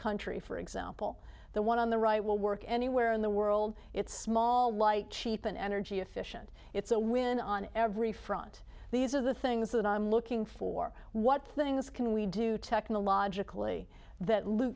country for example the one on the right will work anywhere in the world it's small light cheap an energy efficient it's a win on every front these are the things that i'm looking for what things can we do technologically that loop